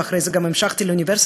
ואחרי זה גם המשכתי לאוניברסיטה,